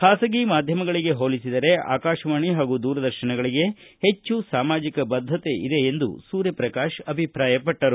ಖಾಸಗಿ ಮಾಧ್ಯಮಗಳಿಗೆ ಹೋಲಿಸಿದರೆ ಆಕಾಶವಾಣಿ ಪಾಗೂ ದೂರದರ್ಶನಗಳಿಗೆ ಪೆಚ್ಚು ಸಾಮಾಜಿಕ ಬದ್ದತೆ ಇದೆ ಎಂದು ಸೂರ್ಯಪ್ರಕಾಶ ಅಭಿಪ್ರಾಯಪಟ್ಟರು